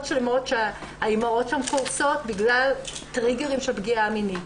שלמות שהאימהות שם קורסות בגלל טריגרים של פגיעה מינית.